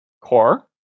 core